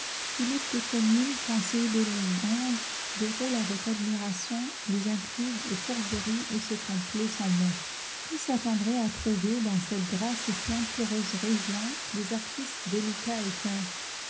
philippe de commines conseiller de louis xi déroule avec admiration les intrigues et fourberies où se complaît son maître qui s'attendrait à trouver dans cette grasse et plantureuse région des artistes délicats et fins